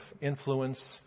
influence